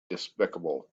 despicable